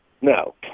No